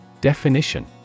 Definition